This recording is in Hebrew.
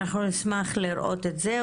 אנחנו נשמח לראות את זה,